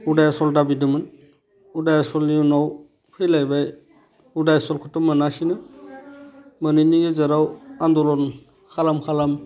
उदायासल दाबिदोंमोन उदायासलनि उनाव फैलायबाय उदायासलखौथ' मोनासैनो मोनैनि गेजेराव आन्द'लन खालाम खालाम